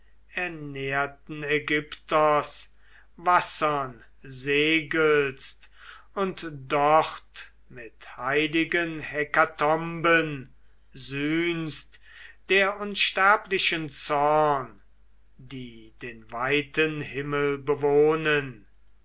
himmelernährten aigyptos wassern segelst und dort mit heiligen hekatomben sühnst der unsterblichen zorn die den weiten himmel bewohnen